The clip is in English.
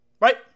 Right